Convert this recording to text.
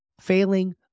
failing